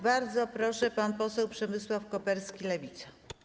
Bardzo proszę, pan poseł Przemysław Koperski, Lewica.